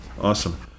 awesome